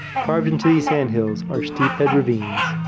carved into these sandhills are steephead ravines.